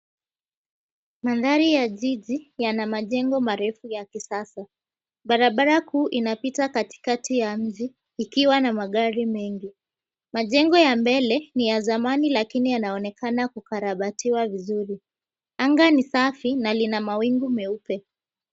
Mandhari ya jiji yana majengo ya nyumba ya kisasa. Barabara kuu inapita katikati ya mji ikiwa na magari mengi. Majengo ya mbele ni ya zamani lakini yanaonekana kukarabatiwa vizuri. Anga ni safi na lina mawingu meupe.